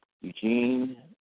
Eugene